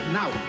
now